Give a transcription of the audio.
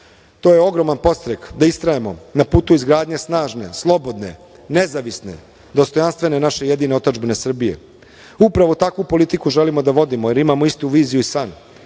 To je ogroman podstrek da istrajemo na putu izgradnje snažne, slobodne, nezavisne, dostojanstvene naše jedine otadžbine Srbije. Upravo takvu politiku želimo da vodimo, jer imamo istu verziju i san.